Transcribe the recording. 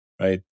right